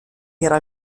era